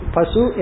Pasu